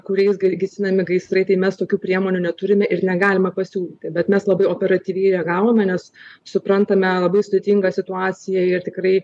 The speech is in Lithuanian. kuriais ge gesinami gaisrai tai mes tokių priemonių neturime ir negalime pasiūti bet mes labai operatyviai reagavome nes suprantame labai sudėtingą situaciją ir tikrai